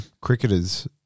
cricketers